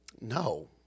No